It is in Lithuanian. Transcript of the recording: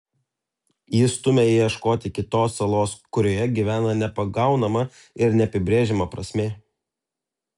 ji stumia ieškoti kitos salos kurioje gyvena nepagaunama ir neapibrėžiama prasmė